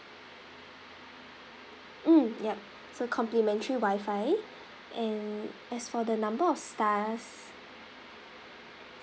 mm yup so complimentary wi-fi and as for the number of stars